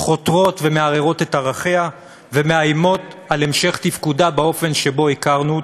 חותרות ומערערות את ערכיה ומאיימות על המשך תפקודה באופן שהכרנו.